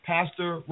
Pastor